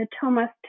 Thomas